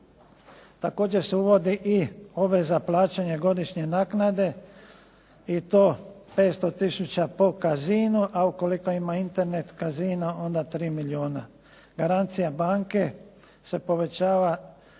Također se uvodi i obveza plaćanja godišnje naknade i to 500000 po casinu, a ukoliko ima Internet casion onda 3 milijuna. Garancija banke se povećava